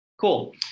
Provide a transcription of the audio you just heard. Cool